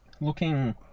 looking